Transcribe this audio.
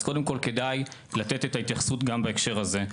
אז קודם כל, כדאי לתת את ההתייחסות גם בהקשר הזה.